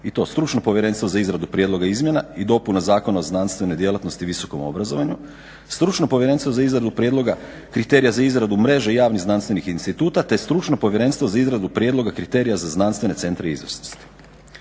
i to Stručno povjerenstvo za izradu prijedloga izmjena i dopuna Zakona o znanstvenoj djelatnosti i visokom obrazovanju, Stručno povjerenstvo za izradu prijedloga kriterija za izradu mreža javnih znanstvenih instituta, te Stručno povjerenstvo za izradu prijedloga kriterija za znanstvene centre izvrsnosti.